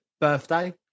Birthday